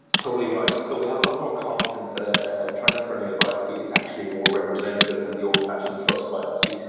totally right. so we have a lot more confidence that a transperineal biopsy is actually more representative than the old-fashioned trus biopsy.